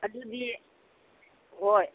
ꯑꯗꯨꯗꯤ ꯍꯣꯏ